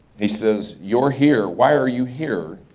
he says, you're here, why are you here?